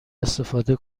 استفاده